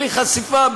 בלי חשיפה,